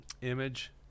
image